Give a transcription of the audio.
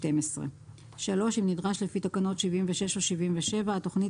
282.MEPC2012. אם נדרש לפי תקנות 76 או 77 התוכנית